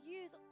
use